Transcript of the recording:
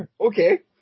okay